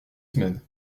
semaines